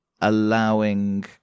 allowing